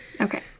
Okay